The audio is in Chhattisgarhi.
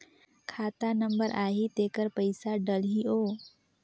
खाता नंबर आही तेकर पइसा डलहीओ?